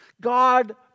God